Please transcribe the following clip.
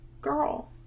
Girl